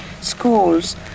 schools